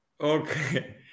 Okay